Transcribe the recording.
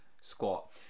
squat